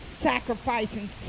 sacrificing